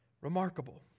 Remarkable